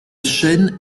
chaîne